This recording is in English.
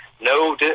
No